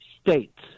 states